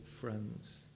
friends